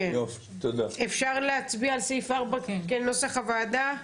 נאשר את סעיף 4 כנוסח הוועדה.